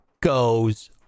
Goes